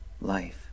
life